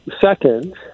Second